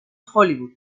hollywood